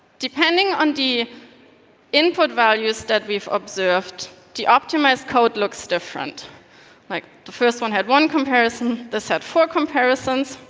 depending on the input values that we've observed, the optimised code looks different like the first one had one comparison, this had four comparisons.